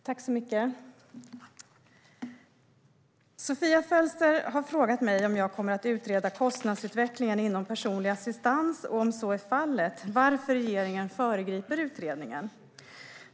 Fru ålderspresident! Sofia Fölster har frågat mig om jag kommer att utreda kostnadsutvecklingen inom personlig assistans och, om så är fallet, varför regeringen föregriper utredningen.